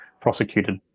prosecuted